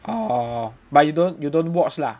oh but you don't you don't watch lah